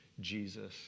Jesus